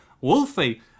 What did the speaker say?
Wolfie